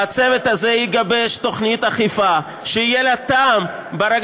והצוות הזה יגבש תוכנית אכיפה שיהיה לך טעם ברגע